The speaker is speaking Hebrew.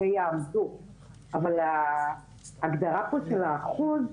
אבל ההגדרה פה של האחוז,